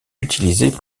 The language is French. utilisée